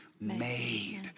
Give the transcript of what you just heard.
made